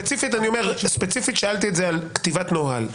ספציפית שאלתי את זה על כתיבת נוהל.